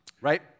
right